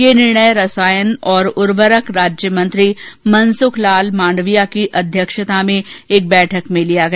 ये ॅनिर्णय रसायन और उर्वरक राज्यमंत्री मनसुख लाल मांडविया की अध्यक्षता में एक बैठक में लिया गया